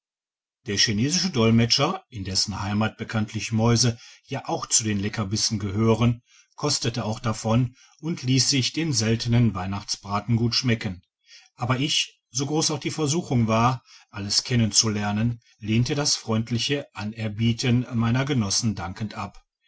der chinesische dolmetscher in dessen heimat bekanntlich mäuse ja auch zu den leckerbissen gehören kostete auch davon und hess sich den seltenen weihnachtsbraten gut schmecken aber ich so gross auch die versuchung war alles kennen zu lernen lehnte das freundliche anerbieten meiner genossen dankend ab